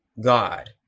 God